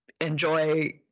enjoy